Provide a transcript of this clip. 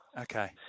Okay